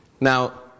Now